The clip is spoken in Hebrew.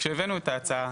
כשהבאנו את ההצעה,